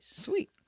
Sweet